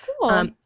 Cool